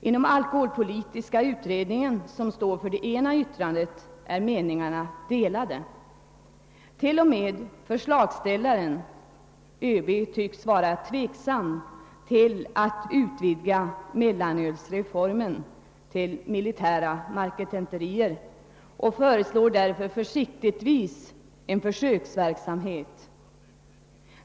Inom alkoholpolitiska utredningen, som står för det ena yttrandet, råder det delade meningar. T. o. m. förslagsställaren, ÖB, tycks vara tveksam till att utvidga mellanölsreformen till militära marketenterier och föreslår därför försiktigtvis en försöksverksamhet.